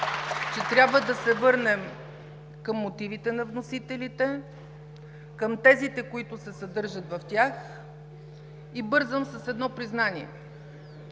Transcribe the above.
че трябва да се върнем към мотивите на вносителите, към тезите, които се съдържат в тях, и бързам с едно признание.